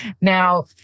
Now